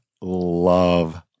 love